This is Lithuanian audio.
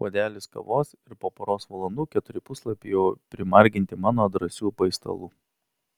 puodelis kavos ir po poros valandų keturi puslapiai jau primarginti mano drąsių paistalų